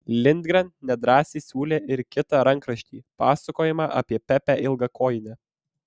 lindgren nedrąsiai siūlė ir kitą rankraštį pasakojimą apie pepę ilgakojinę